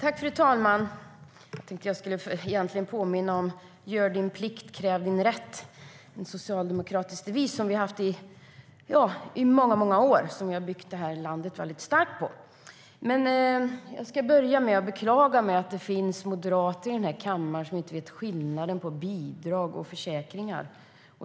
Fru talman! Jag vill påminna om en socialdemokratisk devis som vi har haft i många år: Gör din plikt, kräv din rätt! Den devisen har vi byggt det här landet väldigt starkt på. Jag vill börja med att beklaga att det finns moderater i den här kammaren som inte vet skillnaden mellan bidrag och försäkringar.